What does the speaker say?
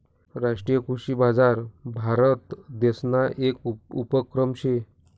राष्ट्रीय कृषी बजार भारतदेसना येक उपक्रम शे